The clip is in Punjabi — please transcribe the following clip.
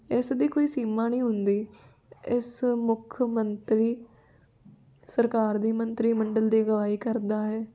ਇਸ ਦੀ ਕੋਈ ਸੀਮਾ ਨਹੀਂ ਹੁੰਦੀ ਇਸ ਮੁੱਖ ਮੰਤਰੀ ਸਰਕਾਰ ਦੀ ਮੰਤਰੀ ਮੰਡਲ ਦੀ ਅਗਵਾਈ ਕਰਦਾ ਹੈ